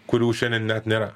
kurių šiandien net nėra